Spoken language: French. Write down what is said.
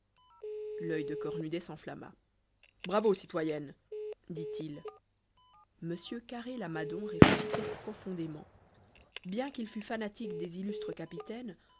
l'oeil de cornudet s'enflamma bravo citoyenne dit-il m carré lamadon réfléchissait profondément bien qu'il fût fanatique des illustres capitaines